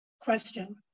question